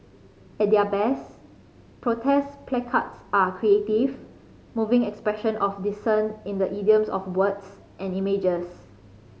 at their best protest placards are creative moving expression of dissent in the idiom of words and images